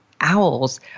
Owls